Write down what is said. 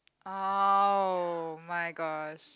oh-my-gosh